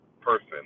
person